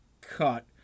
cut